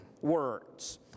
words